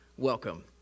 Welcome